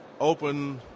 open